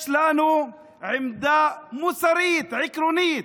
יש לנו עמדה מוסרית, עקרונית: